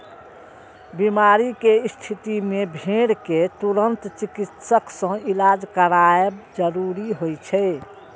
बीमारी के स्थिति मे भेड़ कें तुरंत चिकित्सक सं इलाज करायब जरूरी होइ छै